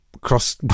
cross